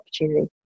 opportunity